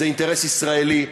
זה אינטרס ישראלי,